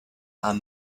are